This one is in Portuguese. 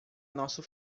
nosso